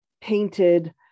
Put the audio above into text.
painted